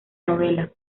novela